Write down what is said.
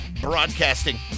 broadcasting